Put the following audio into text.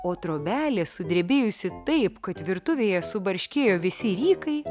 o trobelė sudrebėjusi taip kad virtuvėje subarškėjo visi rykai